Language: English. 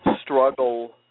struggle